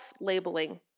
labeling